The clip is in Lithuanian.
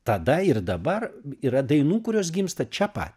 tada ir dabar yra dainų kurios gimsta čia pat